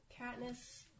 Katniss